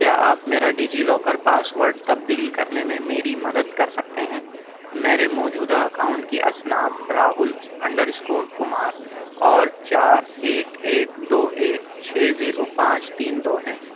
کیا آپ میرا ڈیجی لاکر پاسوڈ تبدیل کرنے میں میری مدد کر سکتے ہیں میرے موجودہ اکاؤنٹ کی اسناد راہل انڈر اسکور کمار اور چار ایک ایک دو ایک چھ زیرو پانچ تین دو ہیں